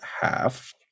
half